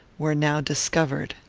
were now discovered.